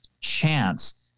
chance